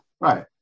Right